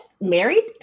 married